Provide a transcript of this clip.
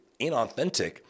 inauthentic